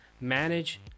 manage